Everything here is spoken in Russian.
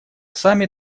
сами